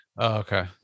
okay